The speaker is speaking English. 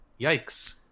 yikes